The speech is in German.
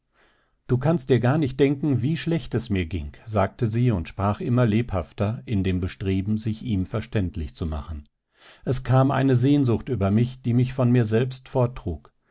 du kannst dir gar nicht denken wie schlecht es mir ging sagte sie und sprach immer lebhafter in dem bestreben sich ihm verständlich zu machen es kam eine sehnsucht über mich die mich von mir selbst